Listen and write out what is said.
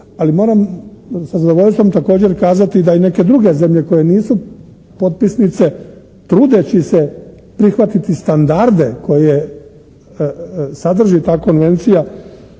Ali moram sa zadovoljstvo također kazati da i neke druge zemlje koje nisu potpisnice trudeći se prihvatiti standarde koje sadrži ta konvencija